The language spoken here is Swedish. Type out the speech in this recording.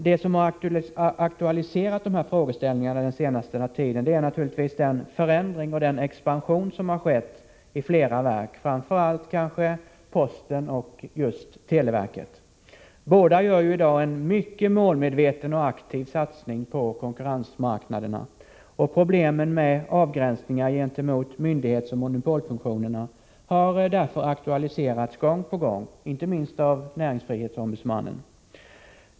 Det som aktualiserat dessa frågeställningar den senaste tiden är naturligtvis den förändring och den expansion som har skett inom flera verk, framför allt inom posten och televerket. Båda gör ju i dag en mycket målmedveten och aktiv satsning på konkurrensmarknaderna. Problemen med avgränsningar gentemot myndighetsoch monopolfunktionerna har därför aktualiserats gång på gång, inte minst av näringsfrihetsombudsmannen.